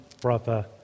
Brother